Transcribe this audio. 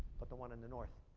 but the one in the north.